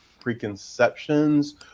preconceptions